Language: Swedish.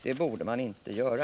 Det borde man inte göra.